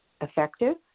effective